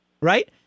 right